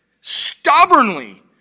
stubbornly